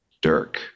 Dirk